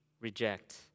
reject